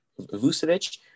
Vucevic